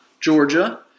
Georgia